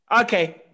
Okay